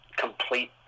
complete